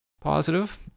positive